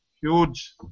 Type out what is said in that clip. huge